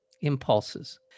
Impulses